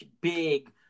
big